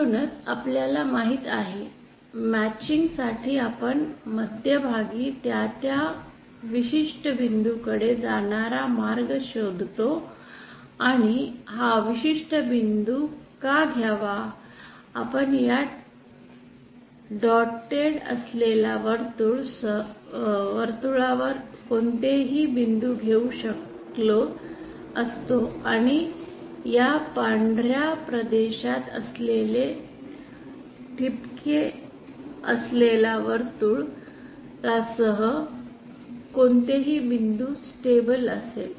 म्हणूनच आपल्याला माहित आहे मॅचिंग साठी आपण मध्यभागी त्या त्या विशिष्ट बिंदू कडे जाणारा मार्ग शोधतो आणि हा विशिष्ट बिंदू का घ्यावा आपण या ठिपके असलेला वर्तुळा सह कोणतेही बिंदू घेऊ शकलो असतो आणि या पांढर्या प्रदेशात असलेले ठिपके असलेला वर्तुळा सह कोणतेही बिंदू स्टॅबिल असेल